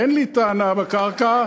אין לי טענה בקרקע,